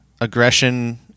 aggression